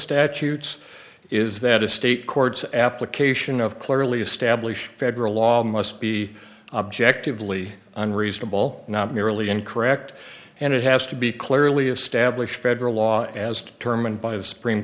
statutes is that a state courts application of clearly established federal law must be objectively unreasonable not merely incorrect and it has to be clearly established federal law as determined by the supreme